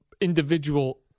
individual